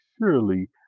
surely